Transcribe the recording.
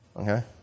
okay